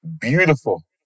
Beautiful